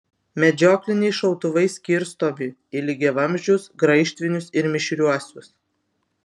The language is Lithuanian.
medžiokliniai šautuvai skirstomi į lygiavamzdžius graižtvinius ir mišriuosius